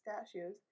pistachios